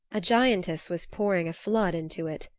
a giantess was pouring a flood into it.